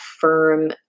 firm